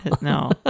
No